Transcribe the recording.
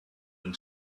and